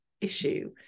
issue